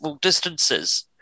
distances